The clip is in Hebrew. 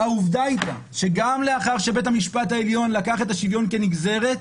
והעובדה היא שגם לאחר שבית המשפט העליון לקח את השוויון כנגזרת,